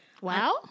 Wow